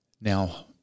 Now